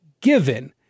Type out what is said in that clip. given